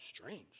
strange